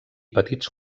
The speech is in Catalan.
petits